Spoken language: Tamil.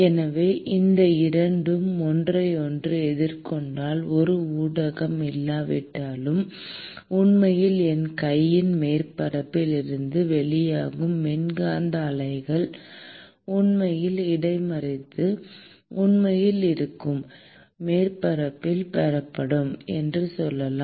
எனவே இந்த இரண்டும் ஒன்றையொன்று எதிர்கொண்டால் ஒரு ஊடகம் இல்லாவிட்டாலும் உண்மையில் என் கையின் மேற்பரப்பில் இருந்து வெளிவரும் மின்காந்த அலைகள் உண்மையில் இடைமறித்து உண்மையில் இருக்கும் மேற்பரப்பால் பெறப்படும் என்று சொல்லலாம்